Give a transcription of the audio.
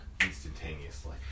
instantaneously